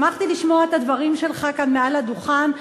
שמחתי לשמוע את הדברים שלך כאן מעל הדוכן.